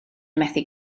methu